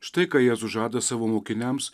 štai ką jėzus žada savo mokiniams